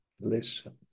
listen